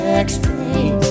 explain